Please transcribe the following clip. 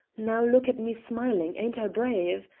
now look at me smiling ain't i brave?